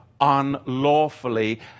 unlawfully